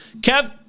Kev